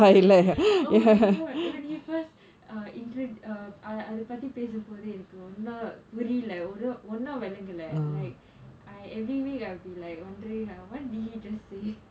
oh my god when he first uh intro~ uh அதபத்தி பேசும்போது ஓன்னும் புரியல ஓன்னு~ ஓன்னு விளங்கல:athapaththi pesumpothu enakku onnum puriyala onnu~ onnu vilangala like I every week I will be like wondering what did he just say